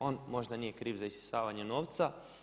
On možda nije kriv za isisavanje novca.